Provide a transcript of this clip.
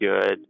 good